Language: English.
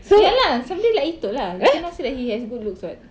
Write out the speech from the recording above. ya lah something like etol lah you cannot say that he has good looks [what]